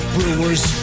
Brewers